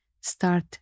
start